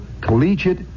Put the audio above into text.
Collegiate